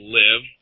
live